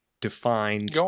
defined